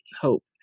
hope